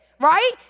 right